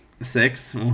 six